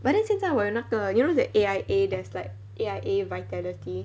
but then 现在我有那个 you know the A_I_A there's like A_I_A vitality